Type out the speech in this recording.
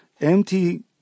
empty